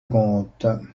comte